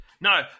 No